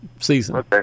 Season